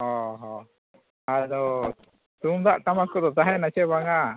ᱦᱳᱭ ᱦᱳᱭ ᱟᱫᱚ ᱛᱩᱢᱫᱟᱜ ᱴᱟᱢᱟᱠ ᱠᱚᱫᱚ ᱛᱟᱦᱮᱱᱟ ᱥᱮ ᱵᱟᱝᱼᱟ